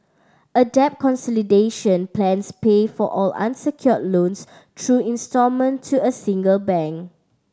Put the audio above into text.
a debt consolidation plans pay for all unsecured loans through instalment to a single bank